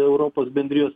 europos bendrijos